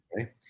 Okay